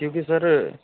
کیونکہ سر